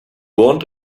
want